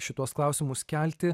šituos klausimus kelti